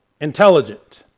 Intelligent